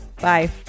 bye